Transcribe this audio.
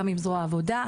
גם עם זרוע העבודה,